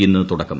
ഇന്ന് തുടക്കം